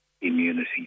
immunity